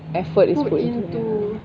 effort is put to